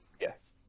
Yes